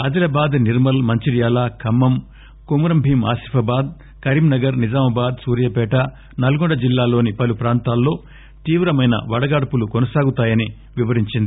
ఆదిలాబాద్ నిర్మల్ మంచిర్యాల ఖమ్మం కోమురం భీం ఆసిఫాబాద్ కరీంనగర్ నిజామాబాద్ సూర్యాపేట్ నల్గొండ జిల్లాల్లోని పలు ప్రాంతాల్లో తీవ్రమైన వడగాడ్పులు కొనసాగుతాయని వివరించింది